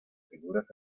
figuras